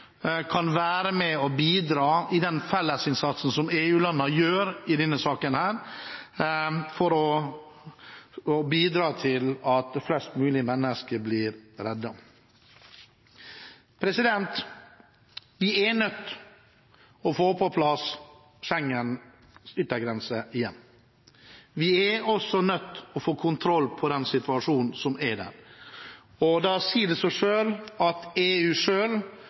kan være med og bidra i den fellesinnsatsen som EU-landene gjør for at flest mulig mennesker blir reddet. Vi er nødt til å få på plass Schengens yttergrense igjen. Vi er også nødt til å få kontroll med den situasjonen som er der. Da sier det seg selv at EU